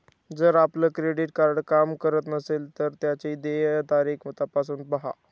जर आपलं credit card काम करत नसेल तर त्याची देय तारीख तपासून पाहा